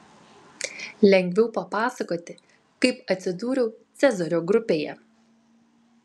lengviau papasakoti kaip atsidūriau cezario grupėje